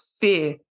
fear